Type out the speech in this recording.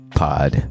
pod